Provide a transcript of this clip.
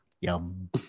Yum